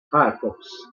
firefox